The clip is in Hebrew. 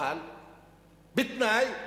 אבל בתנאי,